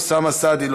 אוסאמה סעדי,